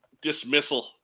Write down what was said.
dismissal